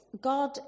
god